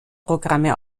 programme